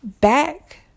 back